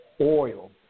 oil